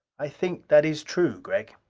i think that is true, gregg!